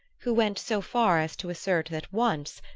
who went so far as to assert that once,